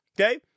Okay